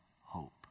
hope